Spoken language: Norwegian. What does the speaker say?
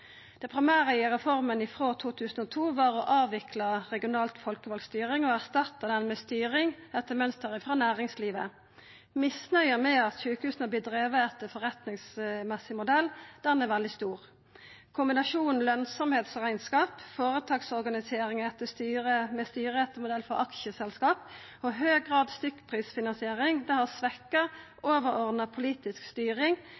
Det primære i reforma frå 2002 var å avvikla regionalt folkevald styring og erstatta ho med styring etter mønster frå næringslivet. Misnøya med at sjukehusa vert drivne etter ein forretningsmessig modell, er veldig stor. Kombinasjonen av lønsemdsrekneskap, føretaksorganisering med styremodell frå aksjeselskap og høg grad av stykkprisfinansiering har